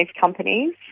companies